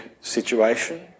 situation